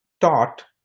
taught